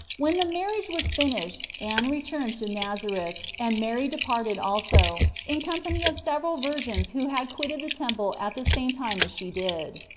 when the marriage was finished anne returned to nazareth and mary departed also, in company of several virgins who had quitted the temple at the same time as she did.